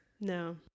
no